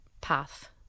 path